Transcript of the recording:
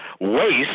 waste